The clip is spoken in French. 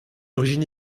d’origine